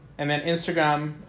and then instagram,